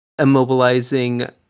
immobilizing